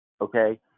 okay